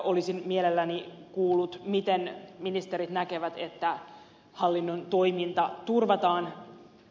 olisin mielelläni kuullut miten ministerit näkevät että hallinnon toiminta turvataan